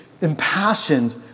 impassioned